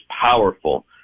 powerful